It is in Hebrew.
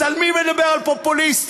אז מי מדבר על פופוליסטים?